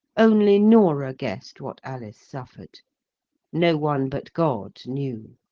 only norah guessed what alice suffered no one but god knew.